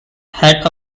had